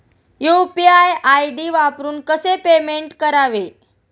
UPI ID वापरून कसे payment करावे?